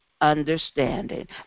understanding